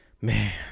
Man